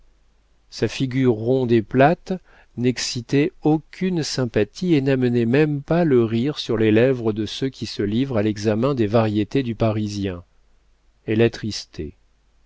sa figure ronde et plate n'excitait aucune sympathie et n'amenait même pas le rire sur les lèvres de ceux qui se livrent à l'examen des variétés du parisien elle attristait